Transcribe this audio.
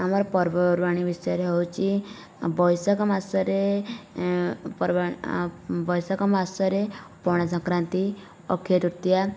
ଆମର ପର୍ବପର୍ବାଣି ବିଷୟରେ ହେଉଛି ବୈଶାଖ ମାସରେ ବୈଶାଖ ମାସରେ ପଣା ସଂକ୍ରାନ୍ତି ଅକ୍ଷୟ ତୃତୀୟା